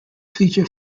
feature